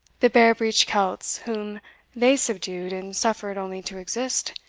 the bare-breeched celts whom theysubdued, and suffered only to exist,